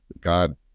God